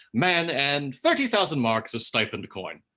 maine and thirty thousand marks of stipend coin.